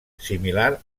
similar